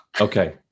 okay